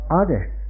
others